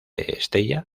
estella